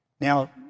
Now